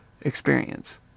experience